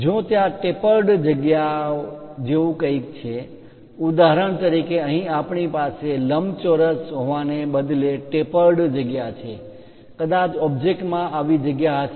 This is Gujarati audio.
જો ત્યાં ટેપર્ડ જગ્યા ઓ જેવું કંઈ છે ઉદાહરણ તરીકે અહીં આપણી પાસે લંબચોરસ હોવાને બદલે ટેપર્ડ જગ્યા છે કદાચ ઓબ્જેક્ટ માં આવી જગ્યા હશે